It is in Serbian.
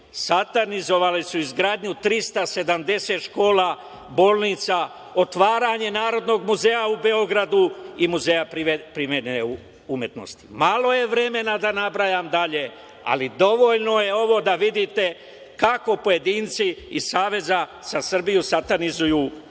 satanizovali su izgradnju 370 škola, bolnica, otvaranje Narodnog muzeja u Beogradu i Muzeja primenjene umetnosti. Malo je vremena da nabrajam dalje, ali dovoljno je ovo da vidite kako pojedinci iz Saveza za Srbiju satanizuju sve